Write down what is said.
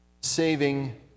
Saving